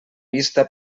vista